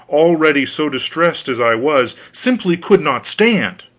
already so distressed as i was, simply could not stand.